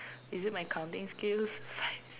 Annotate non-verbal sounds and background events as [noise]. is it my counting skills [breath] five